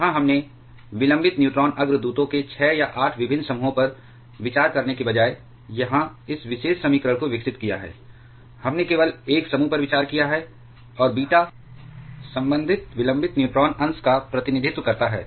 जहां हमने विलंबित न्यूट्रॉन अग्रदूतों के 6 या 8 विभिन्न समूहों पर विचार करने के बजाय यहां इस विशेष समीकरण को विकसित किया है हमने केवल एक समूह पर विचार किया है और बीटा संबंधित विलंबित न्यूट्रॉन अंश का प्रतिनिधित्व करता है